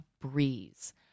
breeze